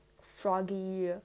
froggy